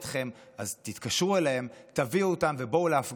אז תתקשרו אליהם, תביאו אותם ובואו להפגנה הקרובה.